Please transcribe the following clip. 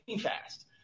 fast